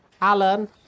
Alan